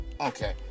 Okay